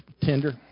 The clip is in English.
tender